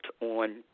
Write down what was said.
on